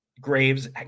Graves